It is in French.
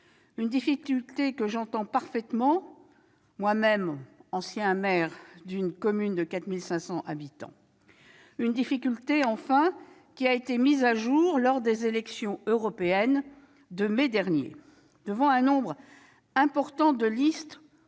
une difficulté que j'entends parfaitement, étant ancien maire d'une commune de 4 500 habitants ; une difficulté, enfin, qui a été mise au jour lors des élections européennes de mai dernier. Il s'agit du nombre important de listes